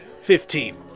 Fifteen